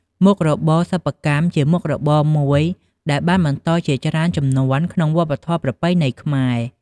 មុខរបរសិប្បកម្មជាមុខរបរមួយដែលបានបន្តមកជាច្រើនជំនាន់ក្នុងវប្បធម៏ប្រពៃណីខ្មែរ។